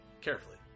Carefully